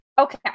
Okay